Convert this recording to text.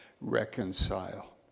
reconcile